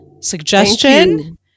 suggestion